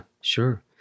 sure